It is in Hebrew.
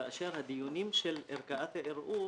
כאשר הדיונים של ערכאת הערעור